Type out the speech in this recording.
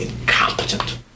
incompetent